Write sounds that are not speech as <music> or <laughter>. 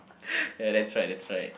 <laughs> ya that's right that's right